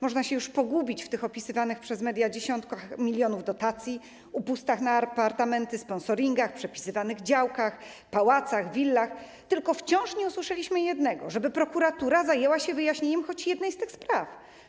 Można się już pogubić w tych opisywanych przez media dziesiątkach milionów dotacji, upustach na apartamenty, sponsoringach, przepisywanych działkach, pałacach, willach, tylko wciąż nie usłyszeliśmy jednego: że prokuratura zajęła się wyjaśnieniem choć jednej z tych spraw.